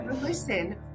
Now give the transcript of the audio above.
listen